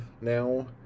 now